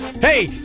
Hey